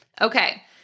Okay